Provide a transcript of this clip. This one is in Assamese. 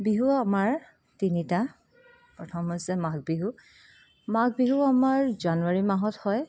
বিহু আমাৰ তিনিটা প্ৰথম হৈছে মাঘ বিহু মাঘ বিহু আমাৰ জানুৱাৰী মাহত হয়